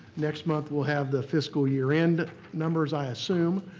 next month we'll have the fiscal year end numbers, i assume,